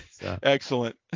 Excellent